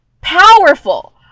powerful